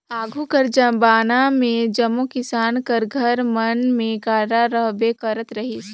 आघु कर जबाना मे जम्मो किसान कर घर मन मे गाड़ा रहबे करत रहिस